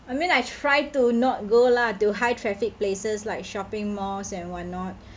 I mean I try to not go lah to high traffic places like shopping malls and why not